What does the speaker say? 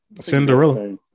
Cinderella